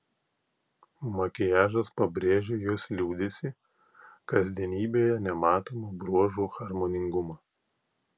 makiažas pabrėžė jos liūdesį kasdienybėje nematomą bruožų harmoningumą